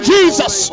Jesus